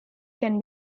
can